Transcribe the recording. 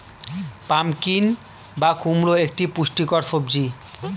pumpkin বা কুমড়ো একটি পুষ্টিকর সবজি